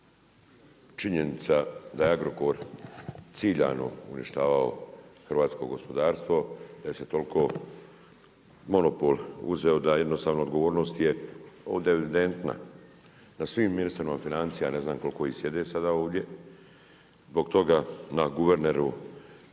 činjenica da je Agrokor ciljano uništavao hrvatsko gospodarstvo da je se toliko monopol uzeo da jednostavno odgovornost je ovdje evidentna na svim ministrima financija, ne znam koliko ih sada sjedi ovdje, na HNB-u